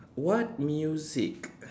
what music